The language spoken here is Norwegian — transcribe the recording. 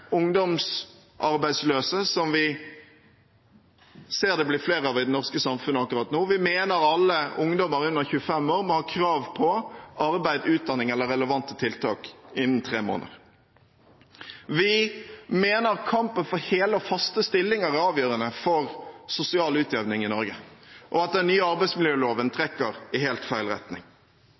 ungdomsarbeidsløse, som vi ser det blir flere av i det norske samfunnet akkurat nå. Vi mener at alle ungdommer under 25 år må ha krav på arbeid, utdanning eller relevante tiltak innen tre måneder. Vi mener kampen for hele og faste stillinger er avgjørende for sosial utjevning i Norge, og at den nye arbeidsmiljøloven trekker i helt feil retning.